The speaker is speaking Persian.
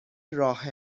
راه